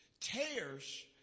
Tears